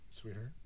Sweetheart